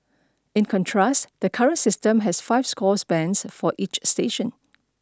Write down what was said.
in contrast the current system has five score bands for each station